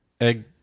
Egg